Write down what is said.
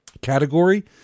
category